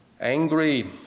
Angry